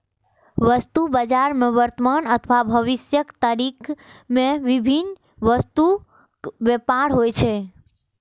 वस्तु बाजार मे वर्तमान अथवा भविष्यक तारीख मे विभिन्न वस्तुक व्यापार होइ छै